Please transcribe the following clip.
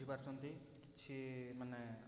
ବୁଝିପାରୁଛନ୍ତି କିଛି ମାନେ